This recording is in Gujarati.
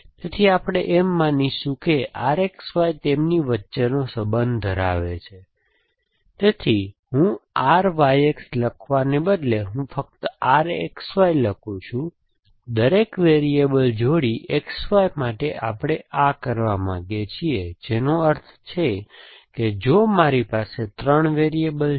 તેથી આપણે એમ માનીશું કે RXY તેમની વચ્ચેનો સંબંધ ધરાવે છે તેથી હું RYX લખવાને બદલે હું ફક્ત RXY લખું છું દરેક વેરીએબલ જોડી XY માટે આપણે આ કરવા માંગીએ છીએ જેનો અર્થ છે કે જો મારી પાસે 3 વેરીએબલ છે